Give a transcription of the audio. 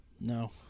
No